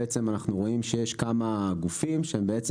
אנחנו רואים שיש כמה גופים שהם בעצם